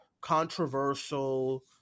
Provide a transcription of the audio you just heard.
controversial